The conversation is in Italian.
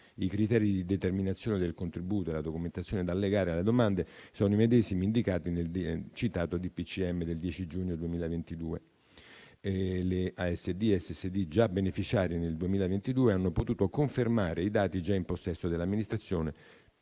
I criteri di determinazione del contributo e la documentazione da allegare alle domande sono i medesimi indicati nel citato DPCM del 10 giugno 2022. Le ASD e SSD già beneficiarie nel 2022 hanno potuto confermare i dati già in possesso dell'amministrazione,